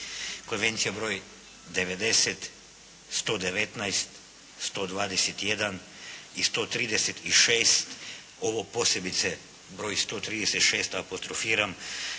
Konvencija br. 90., 119., 121. i 136., ovo posebice br. 136 apostrofiram